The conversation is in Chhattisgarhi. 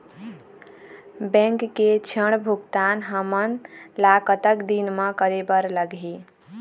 बैंक के ऋण भुगतान हमन ला कतक दिन म करे बर लगही?